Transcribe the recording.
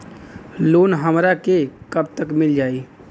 Loan हमरा के कब तक मिल जाई?